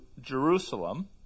Jerusalem